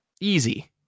Easy